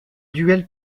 duel